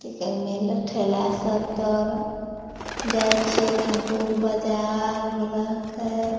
मेला ठेला सब तऽ जाइ छियै खानपुर बजार मेलाके